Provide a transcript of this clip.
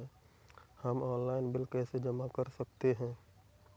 हम online bill कैसे जमा कर सकते हैं?